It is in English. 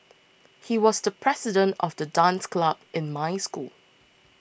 he was the president of the dance club in my school